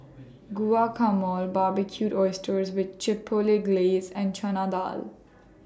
Guacamole Barbecued Oysters with Chipotle Glaze and Chana Dal